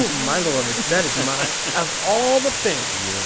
my lord, that is my of all the things. yeah.